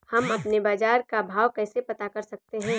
हम अपने बाजार का भाव कैसे पता कर सकते है?